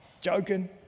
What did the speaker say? Joking